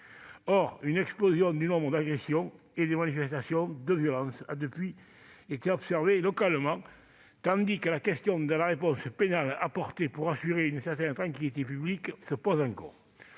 Or une explosion du nombre d'agressions et de manifestations de violences a depuis été observée localement, tandis que la question de la réponse pénale apportée pour assurer une certaine tranquillité publique se pose encore.